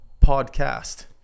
Podcast